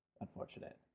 unfortunate